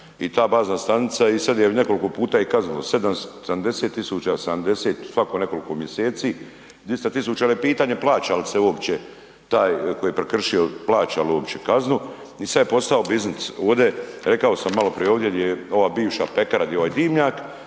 i ta bazna stanica, i sad je nekoliko puta i kaznilo, 70 tisuća, 70, svako nekoliko mjeseci, dvista tisuća, al' je pitanje plaća li se uopće, taj tko je prekršio, plaća li uopće kaznu, i sad je postao biznis, ovdje rekao sam malo prije, ovdje gdje je ova bivša pekara, gdje je ovaj dimnjak,